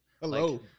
Hello